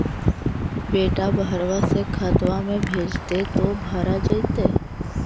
बेटा बहरबा से खतबा में भेजते तो भरा जैतय?